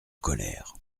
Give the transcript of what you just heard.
colère